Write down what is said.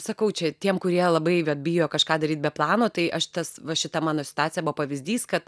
sakau čia tiem kurie labai vat bijo kažką daryt be plano tai aš tas va šita mano situacija buvo pavyzdys kad